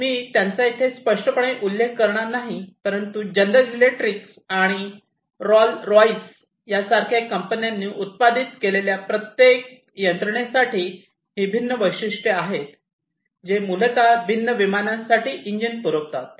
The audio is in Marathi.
मी त्यांचा येथे स्पष्टपणे उल्लेख करणार नाही परंतु जनरल इलेक्ट्रिक आणि इलेक्ट्रिक रॉल्स रॉयस सारख्या कंपन्यांनी उत्पादित केलेल्या प्रत्येक यंत्रणेसाठी ही भिन्न वैशिष्ट्ये आहेत जे मूलत भिन्न विमानांसाठी इंजिन पुरवतात